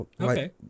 Okay